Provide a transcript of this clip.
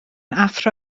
athro